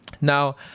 now